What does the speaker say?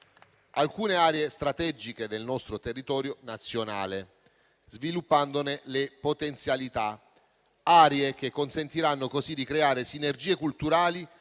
alcune aree strategiche del nostro territorio nazionale, sviluppandone le potenzialità; aree che consentiranno di creare sinergie culturali